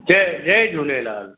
जय जय झूलेलाल